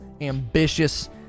ambitious